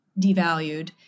devalued